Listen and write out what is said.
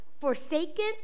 forsaken